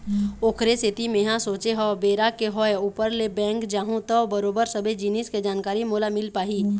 ओखरे सेती मेंहा सोचे हव बेरा के होय ऊपर ले बेंक जाहूँ त बरोबर सबे जिनिस के जानकारी मोला मिल पाही